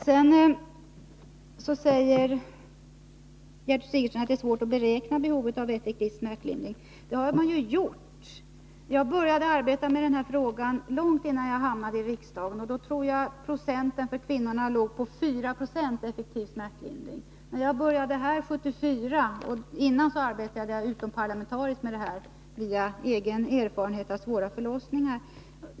Gertrud Sigurdsen säger att det är svårt att beräkna behovet av effektiv smärtlindring. Men det har man ju gjort. Jag började arbeta med den här frågan långt innan jag hamnade i riksdagen. Jag arbetade utomparlamentariskt, via egen erfarenhet av svåra förlossningar. När jag började här 1974 tror jag det var 4 20 av kvinnorna som fick effektiv smärtlindring.